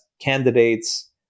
candidates